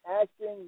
acting